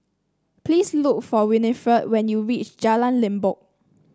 please look for Winnifred when you reach Jalan Limbok